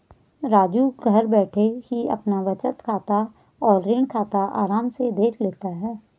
राजू घर बैठे ही अपना बचत खाता और ऋण खाता आराम से देख लेता है